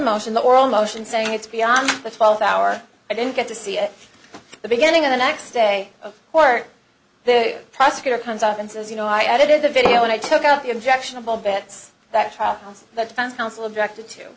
motion the oral motion saying it's beyond the five hour i didn't get to see at the beginning of the next day or the prosecutor comes up and says you know i edited the video and i took out the objectionable bets that t